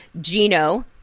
gino